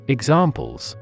Examples